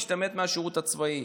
להשתמט מהשירות הצבאי.